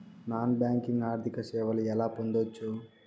Non banking ఆర్థిక సేవలు ఎలా పొందొచ్చు?